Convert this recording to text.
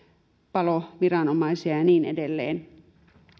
paloviranomaisia ja niin edelleen myös